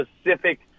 specific